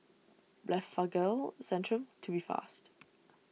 Blephagel Centrum Tubifast